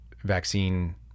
vaccine